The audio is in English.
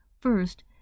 First